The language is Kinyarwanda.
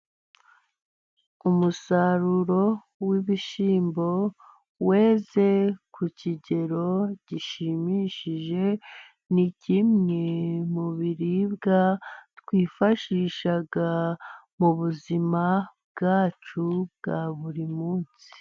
Umusaruro w'ibishyimbo weze ku kigero gishimishije. Ni kimwe mu biribwa twifashisha mu buzima bwacu bwa buri munsi.